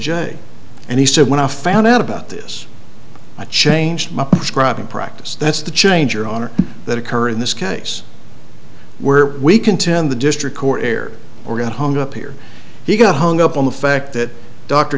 j and he said when i found out about this i changed my private practice that's the change your honor that occur in this case where we contend the district court care or got hung up here he got hung up on the fact that dr